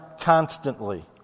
constantly